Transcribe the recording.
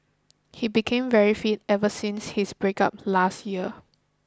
he became very fit ever since his breakup last year